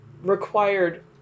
required